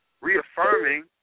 reaffirming